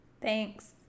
Thanks